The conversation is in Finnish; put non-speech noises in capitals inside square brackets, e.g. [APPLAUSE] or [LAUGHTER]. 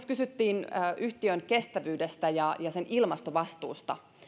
[UNINTELLIGIBLE] kysyttiin yhtiön kestävyydestä ja sen ilmastovastuusta